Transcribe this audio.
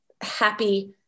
Happy